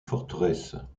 forteresse